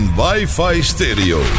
wifi-stereo